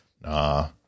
Nah